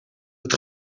het